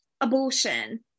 abortion